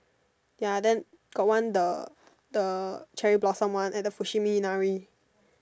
ya then got one the the cherry blossom one and the Fushimi-Inari